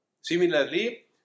similarly